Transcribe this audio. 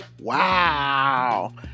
wow